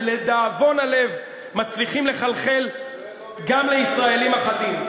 ולדאבון הלב מצליחים לחלחל גם לישראלים אחדים.